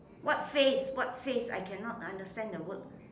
what phase what phase I cannot understand the word